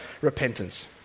repentance